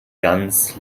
ganz